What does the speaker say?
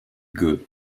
good